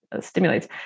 stimulates